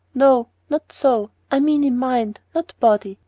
no not so! i mean in mind, not body.